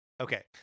Okay